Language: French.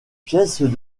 pièces